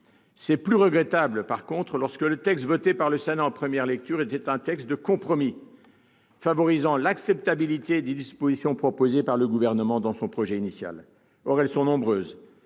c'est plus regrettable lorsque le texte voté par le Sénat en première lecture était un texte de compromis, favorisant l'acceptabilité des dispositions proposées par le Gouvernement dans son projet initial. Or ces cas de figure